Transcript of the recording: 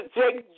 take